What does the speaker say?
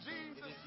Jesus